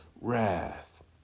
wrath